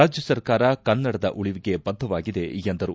ರಾಜ್ಜ ಸರ್ಕಾರ ಕನ್ನಡದ ಉಳಿವಿಗೆ ಬದ್ದವಾಗಿದೆ ಎಂದರು